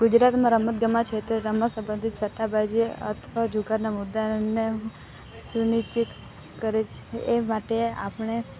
ગુજરાતમાં રમતગમત છે તે રમતસંબંધી સટ્ટાબાજી અથવા જુગારના મુદ્દાને સુનિશ્ચિત કરે છે એ માટે આપણે